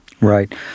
Right